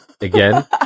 again